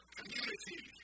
community